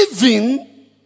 giving